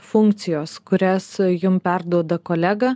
funkcijos kurias jum perduoda kolega